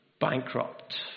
bankrupt